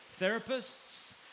therapists